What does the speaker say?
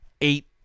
eight